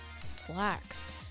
slacks